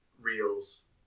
Reels